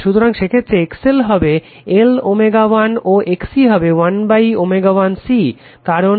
সুতরাং সেক্ষেত্রে XL হবে L ω 1 ও XC হবে 1ω 1 C